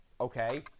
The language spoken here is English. okay